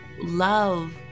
love